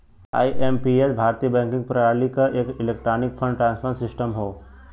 IMPS भारतीय banking प्रणाली क एक इलेक्ट्रॉनिक फंड ट्रांसफर सिस्टम हौ